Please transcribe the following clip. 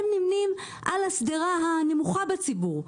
הם נמנים על השדרה הנמוכה בציבור,